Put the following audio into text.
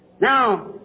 Now